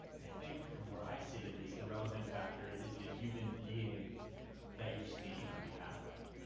and i think from where i sit, at least, the relative factor is the human being that you're speaking on behalf of.